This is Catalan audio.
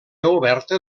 oberta